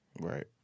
Right